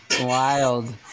Wild